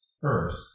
First